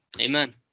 Amen